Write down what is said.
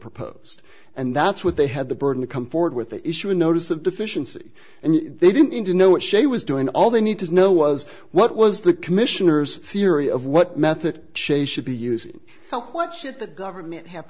proposed and that's what they had the burden to come forward with they issue a notice of deficiency and they didn't need to know what she was doing all they need to know was what was the commissioner's theory of what method shay should be using so what should the government have